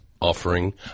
offering